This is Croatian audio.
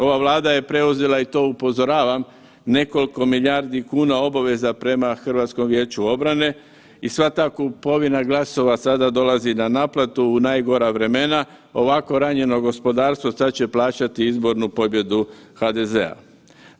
Ova Vlada je preuzela i to upozoravam nekoliko milijardi kuna obveza prema HVO-u i sva ta kupovina glasova sada dolazi na naplatu u najgora vremena, ovako ranjeno gospodarstvo sad će plaćati izbornu pobjedu HDZ-a.